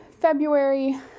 February